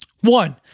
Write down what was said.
One